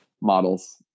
models